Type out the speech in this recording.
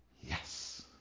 Yes